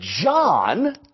John